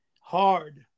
hard